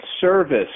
service